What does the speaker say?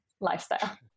lifestyle